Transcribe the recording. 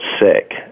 sick